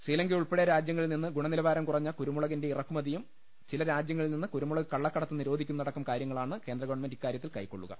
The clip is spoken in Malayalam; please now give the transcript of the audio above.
ശ്രീലങ്കയുൾപ്പെടെ രാജ്യങ്ങളിൽ നിന്ന് ഗുണ നിലവാരം കുറഞ്ഞ കുരുമുള കിന്റെ ഇറക്കുമതിയും ചില രാജ്യങ്ങളിൽ നിന്ന് കുരുമുളക് കള ളക്കടത്തും നിരോധിക്കുന്നതടക്കം കാര്യങ്ങളാണ് കേന്ദ്ര ഗവൺമെന്റ് ഇക്കാര്യത്തിൽ കൈക്കൊള്ളുക